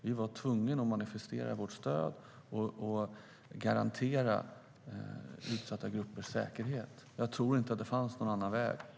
Vi var tvungna att manifestera vårt stöd och garantera utsatta gruppers säkerhet. Jag tror inte att det fanns någon annan väg.